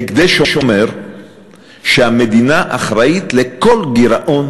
ההקדש אומר שהמדינה אחראית לכל גירעון